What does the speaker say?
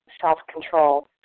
self-control